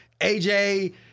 AJ